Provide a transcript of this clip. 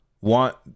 want